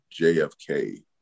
JFK